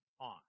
on